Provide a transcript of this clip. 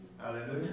Hallelujah